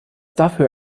dafür